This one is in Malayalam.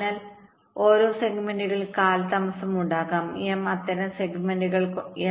അതിനാൽ ഓരോ സെഗ്മെന്റുകളുടെയും കാലതാമസം ഉണ്ടാകും m അത്തരം സെഗ്മെന്റുകൾ